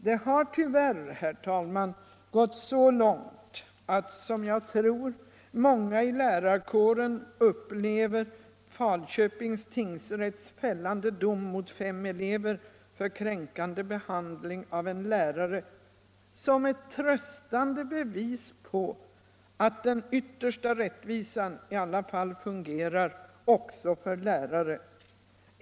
Det har tyvärr, herr talman, gått så långt att, som jag tror, många i lärarkåren upplever Falköpings tingsrätts fällande dom mot fem elever för kränkande behandling av en lärare som ett tröstande bevis på att den yttersta rättvisan i alla fall fungerar — också för lärare!